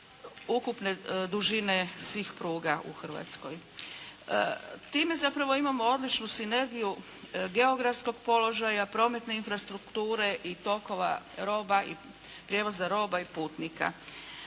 ukupne dužine svih pruga u Hrvatskoj. Time zapravo imamo odličnu sinergiju geografskog položaja, prometne infrastrukture i tokova roba i, prijevoza roba i putnika.